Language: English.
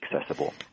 accessible